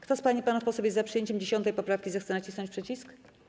Kto z pań i panów posłów jest za przyjęciem 10. poprawki, zechce nacisnąć przycisk.